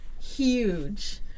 huge